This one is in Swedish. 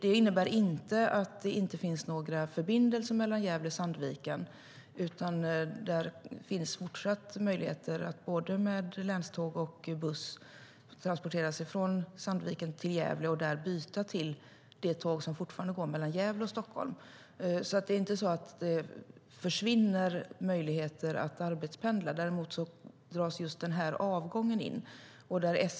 Det innebär inte att det inte finns några förbindelser mellan Gävle och Sandviken, utan det finns fortsatt möjligheter att med både länståg och buss transportera sig från Sandviken till Gävle och där byta till det tåg som fortfarande går mellan Gävle och Stockholm.Det försvinner inte några möjligheter att arbetspendla; däremot dras just denna avgång in.